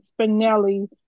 Spinelli